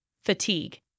fatigue